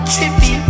Trippy